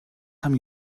time